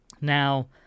Now